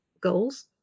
goals